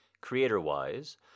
creator-wise